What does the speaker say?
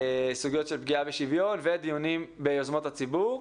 סוגיות של פגיעה בשוויון ודיונים ביוזמות הציבור.